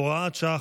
הוראת שעה,